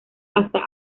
hasta